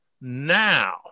now